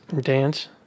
Dance